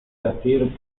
decir